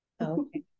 Okay